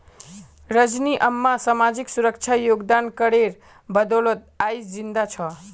रजनी अम्मा सामाजिक सुरक्षा योगदान करेर बदौलत आइज जिंदा छ